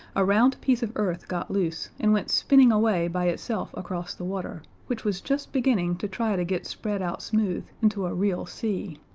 a round piece of earth got loose and went spinning away by itself across the water, which was just beginning to try to get spread out smooth into a real sea.